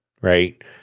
right